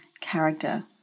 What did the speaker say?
character